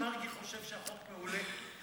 את יודעת שמרגי חושב שהחוק מעולה?